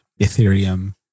Ethereum